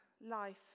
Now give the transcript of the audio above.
life